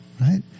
right